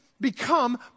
become